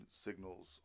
signals